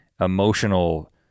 emotional